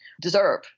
deserve